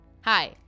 Hi